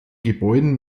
gebäuden